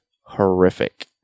horrific